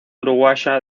uruguaya